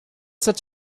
such